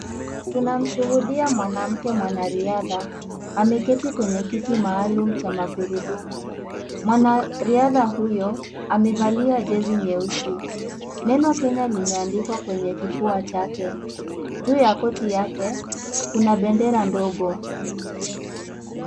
Tunamshuhudia mwanamke mwanariadha ameketi kwenye kiti maalum cha magurudumu . Mwanariadha huyu amevalia jezi nyeusi ,neno Kenya limeandikwa kwenye kifua chake. Juu ya goti yake kuna bendera mdogo.